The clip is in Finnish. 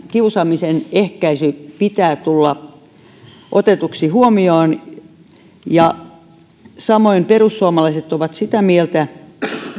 kiusaamisen ehkäisyn pitää tulla otetuksi huomioon varhaiskasvatuksen parissa työskentelevän perus ja täydennyskoulutuksessa samoin perussuomalaiset ovat sitä mieltä